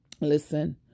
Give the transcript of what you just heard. Listen